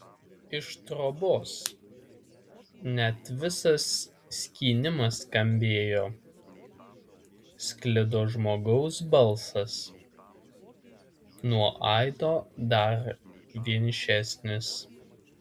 iš trobos net visas skynimas skambėjo sklido žmogaus balsas nuo aido dar vienišesnis